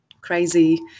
crazy